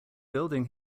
building